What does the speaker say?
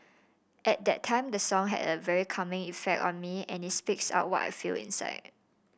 at that time the song had a very calming effect on me and it speaks out what I feel inside